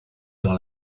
dans